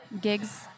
gigs